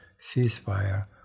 ceasefire